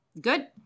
Good